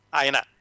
Aina